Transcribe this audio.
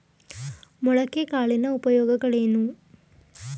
ಮೊಳಕೆ ಕಾಳಿನ ಉಪಯೋಗಗಳೇನು?